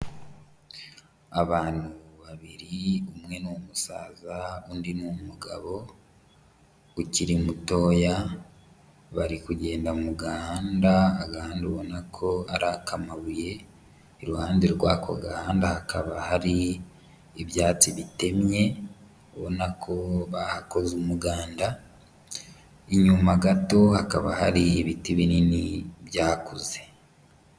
Abantu babiri umwe ni umusaza, undi ni umugabo ukiri mutoya, bari kugenda mu gahanda, agahanda ubona ko ari ak'amabuye, iruhande rw'ako gahanda hakaba hari ibyatsi bitemye, ubonako bahakoze umuganda, inyuma gato hakaba hari ibiti binini byakuze.